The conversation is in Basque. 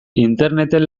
interneten